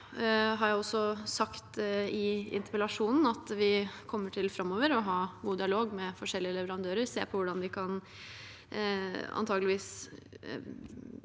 Jeg har også sagt i interpellasjonen at vi framover kommer til å ha god dialog med forskjellige leverandører, og se på hvordan vi antakeligvis